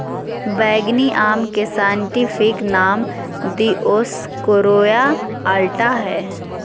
बैंगनी आम के साइंटिफिक नाम दिओस्कोरेआ अलाटा हइ